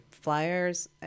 flyers